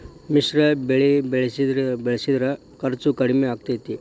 ಮಿಶ್ರ ಬೆಳಿ ಬೆಳಿಸಿದ್ರ ಖರ್ಚು ಕಡಮಿ ಆಕ್ಕೆತಿ?